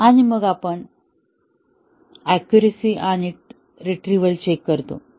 आणि मग आपण अक्यूरसी आणि रिट्रिव्हल चेक करतो